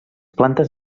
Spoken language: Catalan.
plantes